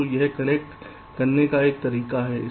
तो यह कनेक्ट करने का एक तरीका है